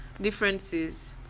differences